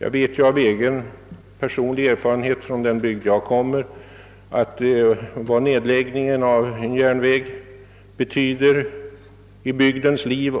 Jag vet av personlig erfarenhet från min hembygd vad en nedläggning av en järnväg betyder i bygdens liv.